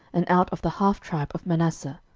and out of the half tribe of manasseh,